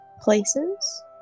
places